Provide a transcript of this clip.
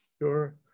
Sure